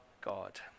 God